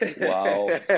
Wow